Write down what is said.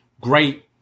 great